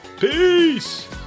Peace